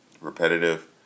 repetitive